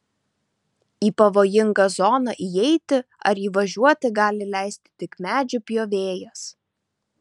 į pavojingą zoną įeiti ar įvažiuoti gali leisti tik medžių pjovėjas